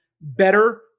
better